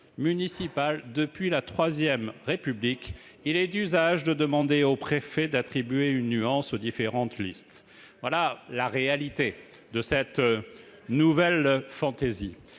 municipale, depuis la III République, il est d'usage de demander aux préfets d'attribuer une " nuance " aux différentes listes ». Voilà la réalité de cette « nouvelle fantaisie